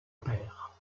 père